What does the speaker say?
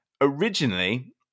originally